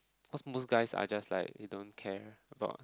cause most guys are just like you don't care a lot